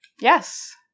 Yes